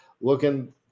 looking